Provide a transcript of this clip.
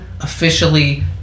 officially